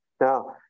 Now